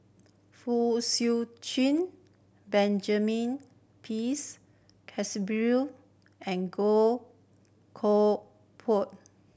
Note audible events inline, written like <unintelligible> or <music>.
Fong <unintelligible> Chee Benjamin Pease Keasberry and Goh Koh <unintelligible>